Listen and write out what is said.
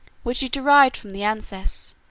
which he derived from the anses,